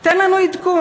תן לנו עדכון.